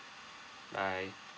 bye